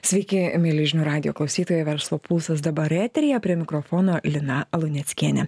sveiki mieli žinių radijo klausytojai verslo pulsas dabar eteryje prie mikrofono lina luneckienė